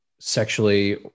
sexually